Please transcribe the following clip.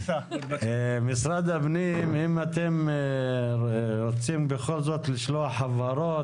משרד הפנים, אם אתם רוצים לשלוח הבהרות,